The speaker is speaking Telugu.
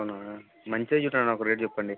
అవునా మంచిదే చూడన్న ఒక రేట్ చెప్పండి